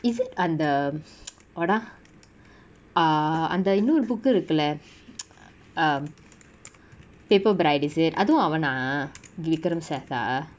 is it அந்த:antha what ah err அந்த இன்னொரு:antha innoru book இருக்குல:irukula err paper bride is it அதுவு அவனா:athuvu avana vikramseth ah